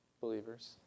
believers